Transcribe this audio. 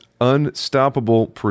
unstoppable